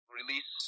release